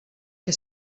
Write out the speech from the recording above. che